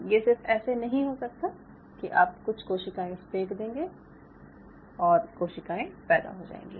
ये सिर्फ ऐसे नहीं हो सकता कि आप कुछ कोशिकाएं फ़ेंक देंगे और कोशिकाएं पैदा हो जाएंगी